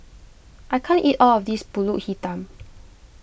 I can't eat all of this Pulut Hitam